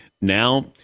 Now